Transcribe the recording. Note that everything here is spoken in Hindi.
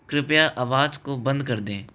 कृपया आवाज को बंद कर दें